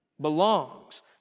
belongs